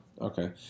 Okay